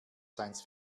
science